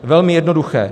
Velmi jednoduché.